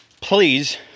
please